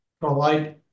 provide